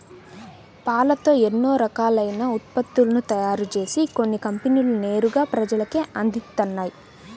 పాలతో ఎన్నో రకాలైన ఉత్పత్తులను తయారుజేసి కొన్ని కంపెనీలు నేరుగా ప్రజలకే అందిత్తన్నయ్